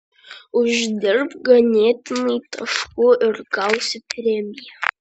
uždirbk ganėtinai taškų ir gausi premiją